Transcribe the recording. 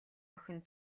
охин